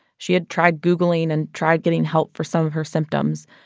she had tried googling and tried getting help for some of her symptoms.